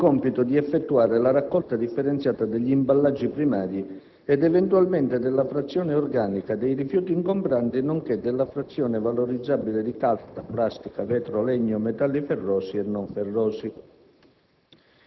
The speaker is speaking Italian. il compito di effettuare la raccolta differenziata degli imballaggi primari ed eventualmente della frazione organica dei rifiuti ingombranti, nonché della frazione valorizzabile di carta, plastica, vetro, legno, metalli ferrosi e non ferrosi.